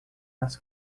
nas